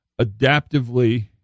adaptively